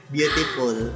Beautiful